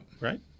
right